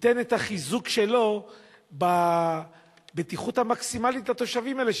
ייתן את החיזוק שלו בבטיחות המקסימלית לתושבים האלה,